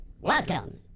Welcome